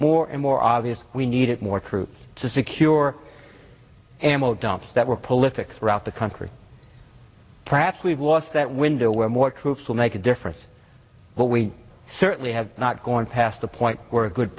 more and more obvious we needed more troops to secure m o dumps that were political throughout the country perhaps we've lost that window where more troops will make a difference but we certainly have not gone past the point where a good